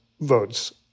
votes